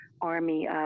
army